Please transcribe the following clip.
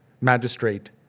magistrate